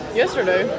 yesterday